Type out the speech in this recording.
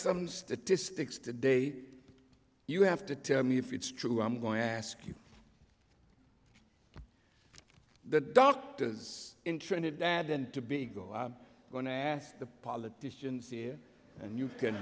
some statistics today you have to tell me if it's true i'm going to ask you the doctors in trinidad and tobago i'm going to ask the politicians here and you can